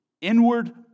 inward